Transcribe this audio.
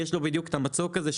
כי יש לו בדיוק את המצוק הזה,